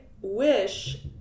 wish